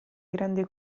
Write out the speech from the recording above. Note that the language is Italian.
grande